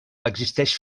existeix